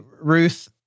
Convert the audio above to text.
Ruth